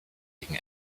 gegen